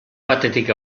batetik